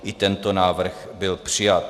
I tento návrh byl přijat.